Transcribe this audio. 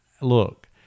look